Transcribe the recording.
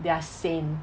they are sane